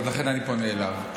ולכן אני פונה אליו.